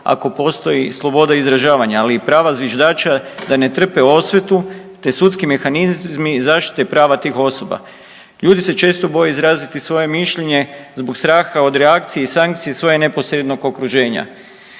ako postoji sloboda izražavanja, ali i prava zviždača da ne trpe osvetu te sudski mehanizmi zaštite prava tih osoba. Ljudi se često boje izraziti svoje mišljenje zbog straha od reakcije i sankcije svojeg neposrednog okruženja.